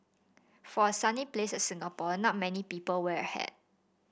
for a sunny place Singapore not many people wear a hat